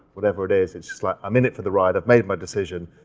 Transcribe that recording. whatever it is. it's just like, i'm in it for the ride, i've made my decision,